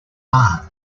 barn